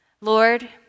Lord